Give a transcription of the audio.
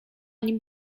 nim